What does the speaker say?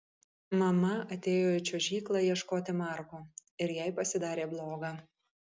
mama atėjo į čiuožyklą ieškoti marko ir jai pasidarė bloga